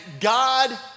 God